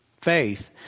faith